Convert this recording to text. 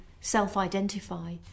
self-identify